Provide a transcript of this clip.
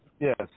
Yes